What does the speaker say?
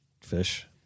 fish